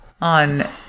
on